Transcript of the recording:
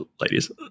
ladies